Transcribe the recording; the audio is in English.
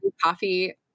coffee